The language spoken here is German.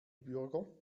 bürger